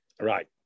Right